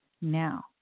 now